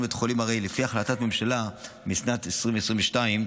הרי לפי החלטת ממשלה משנת 2022,